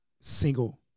single